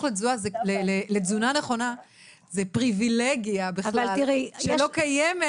לתזונה נכונה זה פריבילגיה בכלל שלא קיימת,